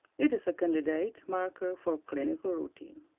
it is a candidate marker for clinical routine.